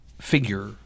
figure